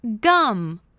gum